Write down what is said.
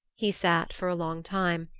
he sat for a long time,